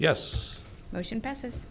yes motion passes